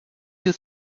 you